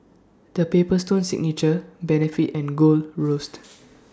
The Paper Stone Signature Benefit and Gold Roast